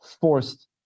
forced